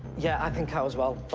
yeah, i think cow, as well.